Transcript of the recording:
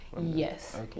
Yes